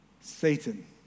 Satan